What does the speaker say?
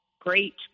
great